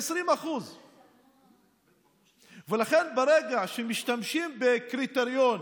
20%. לכן, ברגע שמשתמשים בקריטריון